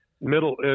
middle